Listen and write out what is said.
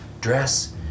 dress